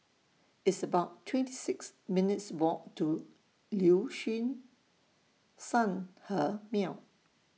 It's about twenty six minutes' Walk to Liuxun Sanhemiao